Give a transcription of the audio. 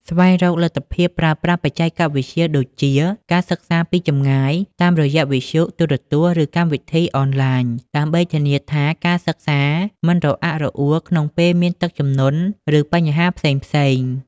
ស្វែងរកលទ្ធភាពប្រើប្រាស់បច្ចេកវិទ្យាដូចជា ការសិក្សាពីចម្ងាយ តាមរយៈវិទ្យុ ទូរទស្សន៍ ឬកម្មវិធីអនឡាញ ដើម្បីធានាថាការសិក្សាមិនរអាក់រអួលក្នុងពេលមានទឹកជំនន់ ឬបញ្ហាផ្សេងៗ។